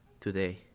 today